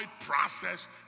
process